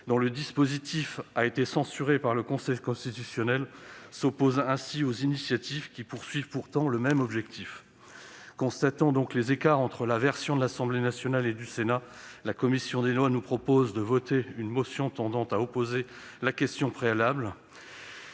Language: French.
sur ce sujet a été censurée par le Conseil constitutionnel, s'oppose ainsi aux initiatives tendant pourtant à atteindre le même objectif. Constatant les écarts entre les versions de l'Assemblée nationale et du Sénat, la commission des lois nous propose de voter une motion tendant à opposer la question préalable.